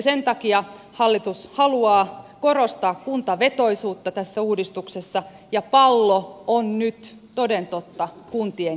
sen takia hallitus haluaa korostaa kuntavetoisuutta tässä uudistuksessa ja pallo on nyt toden totta kuntien kädessä